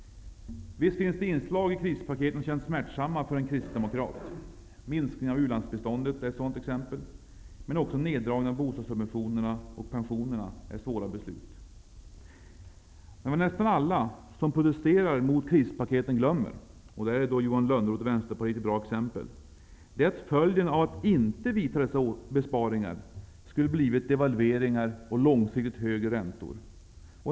Visst finns det inslag i krispaketen som känns smärtsamma för en kristdemokrat. Minskningen av u-landsbiståndet är ett sådant exempel. Men också neddragningen av bostadssubventionerna och pensionerna är svåra beslut. Men vad nästan alla som protesterar mot krispaketen glömmer -- här är Johan Lönnroth från Vänsterpartiet ett bra exempel -- är att följden av att inte vidta dessa besparingar skulle ha blivit devalvering och långsiktigt högre räntor.